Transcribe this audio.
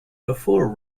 before